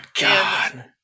God